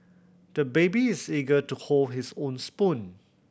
the baby is eager to hold his own spoon